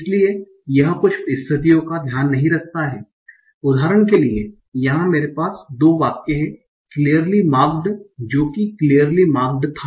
इसलिए यह कुछ स्थितियों का ध्यान नहीं रखता है उदाहरण के लिए यहां मेरे पास 2 वाक्य है क्लियरली मार्क्ड़ जो ही क्लियरली मार्क्ड़ था